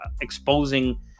exposing